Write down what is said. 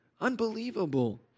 Unbelievable